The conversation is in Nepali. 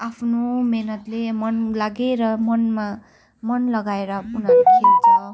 आफ्नो मेहनतले मन लगाएर मनमा मन लगाएर उनीहरू खेल्छ